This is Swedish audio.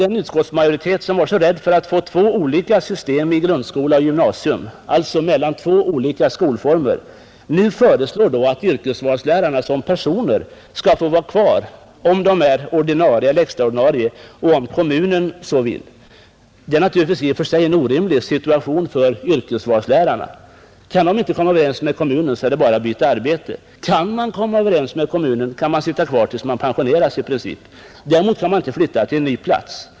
Den utskottsmajoritet som varit så rädd för att få två olika system i grundskola och gymnasium — alltså mellan två olika skolformer — föreslår nu att yrkesvalslärarna som personer skall få vara kvar om de är ordinarie eller extra ordinarie och om kommunen så vill. Det är naturligtvis i och för sig en orimlig situation för yrkesvalslärarna. Kan man inte komma överens med kommunen är det bara att byta arbete. Kan man komma överens med kommunen får man i princip sitta kvar tills man pensioneras. Däremot kan man inte flytta till en ny plats.